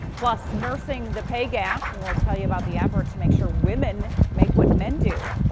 plus, nursing the pay gap. we'll tell you about the effort to make sure women make what men do.